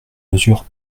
mesure